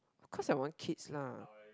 course I want kids lah